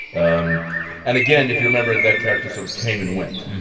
um and again, if you remember, that character sort of came and went.